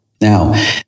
Now